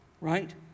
right